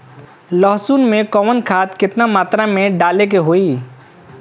लहसुन में कवन खाद केतना मात्रा में डाले के होई?